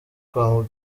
kwa